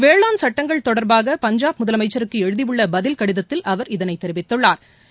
வேளாண் சட்டங்கள் தொடர்பாக பஞ்சாப் முதலமைச்சருக்கு எழுதியுள்ள பதில் கடிதத்தில் அவர் இதனை தெரிவித்துள்ளா்